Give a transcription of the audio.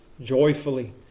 joyfully